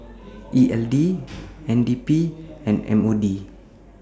E L D N D P and M O D